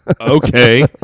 okay